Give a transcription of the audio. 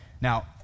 Now